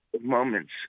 moments